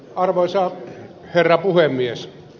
arvoisa herra puhemies